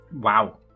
Wow